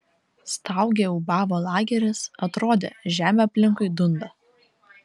staugė ūbavo lageris atrodė žemė aplinkui dunda